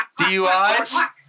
DUIs